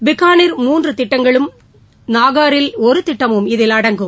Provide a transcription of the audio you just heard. பிகானிரில் மூன்று திட்டங்களும் நாகாரில் ஒரு திட்டமும் இதில் அடங்கும்